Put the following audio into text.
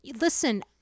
listen